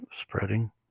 spreading